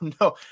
no